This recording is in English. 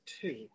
Two